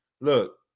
look